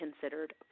considered